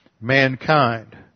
mankind